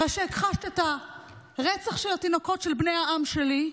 אחרי שהכחשת את הרצח של התינוקות של בני העם שלי,